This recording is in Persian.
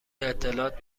اطلاعات